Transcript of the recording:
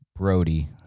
Brody